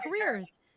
careers